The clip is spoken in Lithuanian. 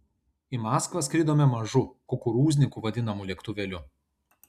į maskvą skridome mažu kukurūzniku vadinamu lėktuvėliu